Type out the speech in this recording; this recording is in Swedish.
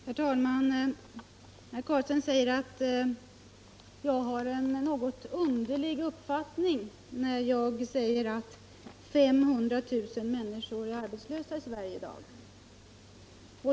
Herr talman! Herr Carlstein säger att jag ger uttryck för en något underlig uppfattning när jag säger att 500 000 människor är arbetslösa i Sverige i dag.